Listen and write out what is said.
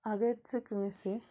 اَگر ژٕ کٲنٛسہِ